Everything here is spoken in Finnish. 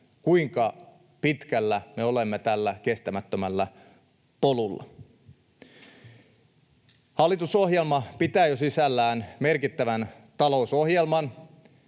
kuinka pitkällä me olemme tällä kestämättömällä polulla. Hallitusohjelma pitää jo sisällään merkittävän talousohjelman,